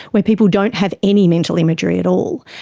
where people don't have any mental imagery at all.